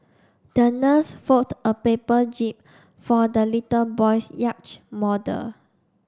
the nurse fold a paper jib for the little boy's yacht model